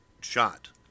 shot